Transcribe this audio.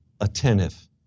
attentive